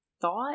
thought